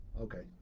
Okay